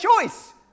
choice